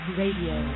radio